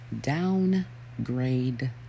Downgrade